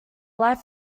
life